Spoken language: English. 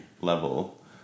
level